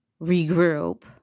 regroup